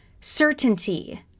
Certainty